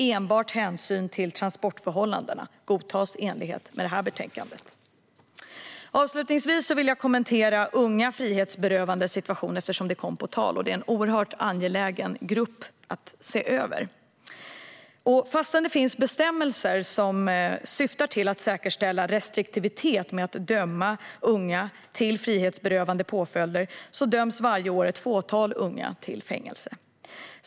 Enbart hänsyn till transportförhållandena godtas enligt förslaget i det här betänkandet. Avslutningsvis vill jag kommentera unga frihetsberövades situation eftersom frågan har kommit på tal. Det är en oerhört angelägen grupp att se över. Fastän det finns bestämmelser som syftar till att säkerställa restriktivitet med att döma unga till frihetsberövande påföljder döms varje år ett fåtal unga till fängelse.